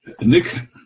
Nick